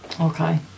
Okay